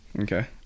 Okay